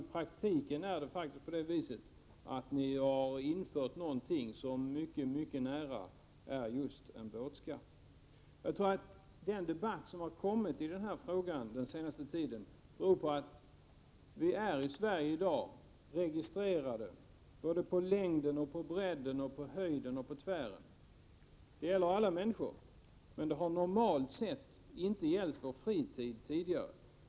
I praktiken är det faktiskt på det viset att ni har infört någonting som ligger mycket nära just en båtskatt. Den debatt som den senaste tiden förts när det gäller båtskatt har sin grund i att vi i Sverige i dag är registrerade på längden, på bredden, på höjden och på tvären. Det gäller alla människor, men det har normalt sett inte tidigare gällt för deras fritid.